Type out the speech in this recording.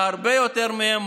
והרבה יותר מהם,